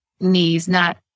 knees—not